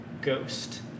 Ghost